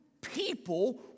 people